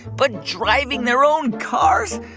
but driving their own cars?